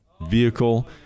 vehicle